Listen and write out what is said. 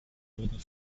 wurden